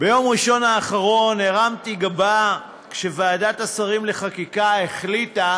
האחרון הרמתי גבה כשוועדת השרים לחקיקה החליטה